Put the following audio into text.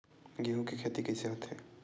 गेहूं के खेती कइसे होथे?